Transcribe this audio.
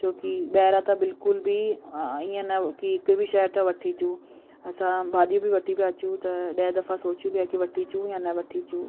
छो की ॿाहिरां त बिल्कुलु बि ईअं न की हिकु बि शइ था वठी अचूं असां भाॼियूं बि वठी पिया अचूं त ॾह दफ़ा सोचियूं पिया की वठी अचूं या न वठी अचूं